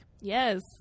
Yes